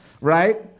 right